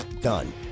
done